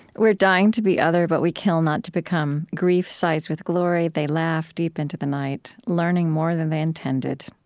we're dying to be other, but we kill not to become. grief sides with glory, they laugh deep into the night. learning more than they intended,